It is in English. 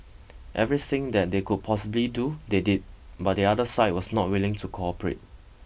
everything that they could possibly do they did but the other side was not willing to cooperate